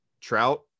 Trout